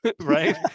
right